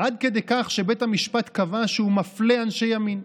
עד כדי כך שבית המשפט קבע שהוא מפלה אנשי ימין.